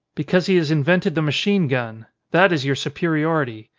because he has invented the machine gun. that is your superiority.